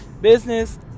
Business